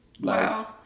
wow